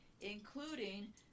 including